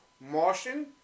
Martian